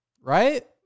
right